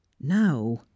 Now